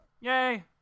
Yay